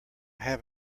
have